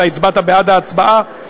אתה הצבעת בעד ההצעה,